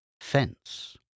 fence